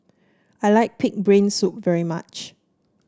I like pig brain soup very much